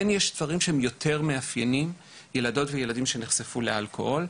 כן יש דברים שהם יותר מאפיינים ילדות וילדים שנחשפו לאלכוהול.